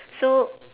so